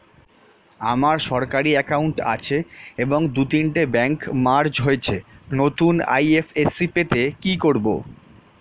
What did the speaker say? আমার সরকারি একাউন্ট আছে এবং দু তিনটে ব্যাংক মার্জ হয়েছে, নতুন আই.এফ.এস.সি পেতে কি করব?